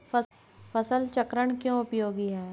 फसल चक्रण क्यों उपयोगी है?